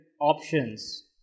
options